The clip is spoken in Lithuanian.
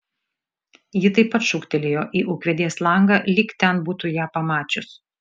ji taip pat šūktelėjo į ūkvedės langą lyg ten būtų ją pamačius